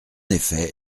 effet